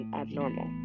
abnormal